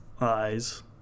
eyes